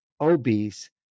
obese